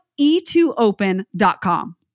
e2open.com